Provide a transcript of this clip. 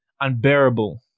unbearable